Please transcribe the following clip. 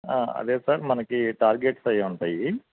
అదే సార్ మనకి టార్గెట్స్ అవి ఉంటాయి